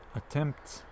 attempts